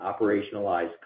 operationalized